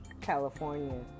California